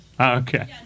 Okay